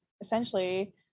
essentially